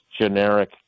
generic